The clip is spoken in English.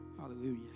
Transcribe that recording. Hallelujah